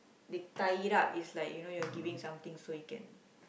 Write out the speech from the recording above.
they tie it up is like you know you are giving something so you can